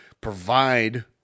provide